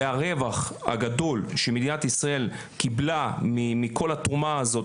והרווח הגדול שמדינת ישראל קיבלה מכל התרומה הזאת,